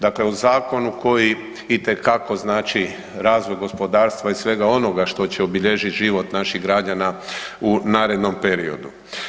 Dakle o zakonu koji itekako znači razvoj gospodarstva i svega onoga što će obilježit život naših građana u narednom periodu.